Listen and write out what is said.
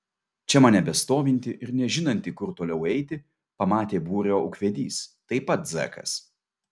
čia mane bestovintį ir nežinantį kur toliau eiti pamatė būrio ūkvedys taip pat zekas